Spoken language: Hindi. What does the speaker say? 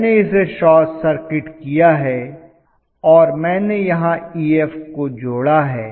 मैंने इसे शॉर्ट सर्किट किया है और मैंने यहां Ef को जोड़ा है